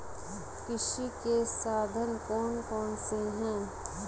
कृषि के साधन कौन कौन से हैं?